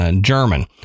German